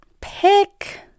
pick